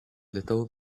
little